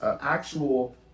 actual